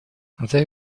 they